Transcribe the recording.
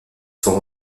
sont